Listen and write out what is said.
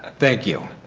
thank you.